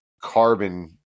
carbon